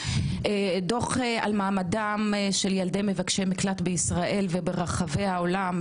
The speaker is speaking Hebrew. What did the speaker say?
דוח על מעמדם של ילדי מבקשי מקלט בישראל וברחבי העולם,